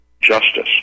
justice